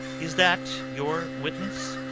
is that your witness?